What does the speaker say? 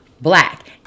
Black